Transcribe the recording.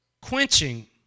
Quenching